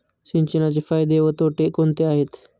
सिंचनाचे फायदे व तोटे कोणते आहेत?